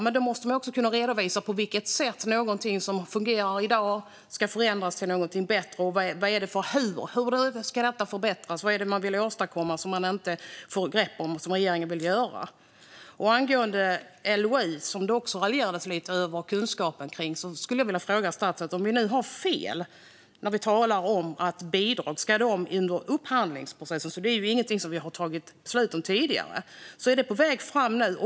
Men då måste man också kunna redovisa på vilket sätt någonting som fungerar i dag ska förändras till någonting bättre. Hur ska detta förbättras? Vad är det man vill åstadkomma som man inte får grepp om och som regeringen vill göra? Jag skulle vilja fråga statsrådet om LOU - det raljerades lite över kunskapen kring det. Har vi fel när vi talar om att bidrag ska in under upphandlingsprocessen? Det är ingenting som vi har tagit beslut om tidigare. Är det på väg fram nu?